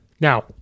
Now